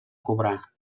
cobrar